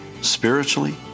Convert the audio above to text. Spiritually